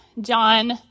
John